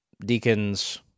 deacons